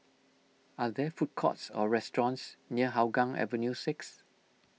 are there food courts or restaurants near Hougang Avenue six